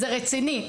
זה רציני.